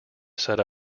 set